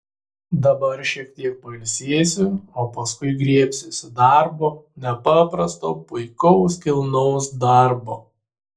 dabar šiek tiek pailsėsiu o paskui griebsiuosi darbo nepaprasto puikaus kilnaus darbo